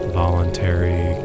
voluntary